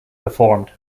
performed